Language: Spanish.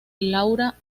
laura